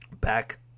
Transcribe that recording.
back